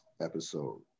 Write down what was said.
episode